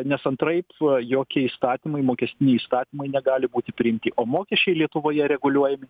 nes antraip jokie įstatymai mokestiniai įstatymai negali būti priimti o mokesčiai lietuvoje reguliuojami